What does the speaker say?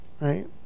Right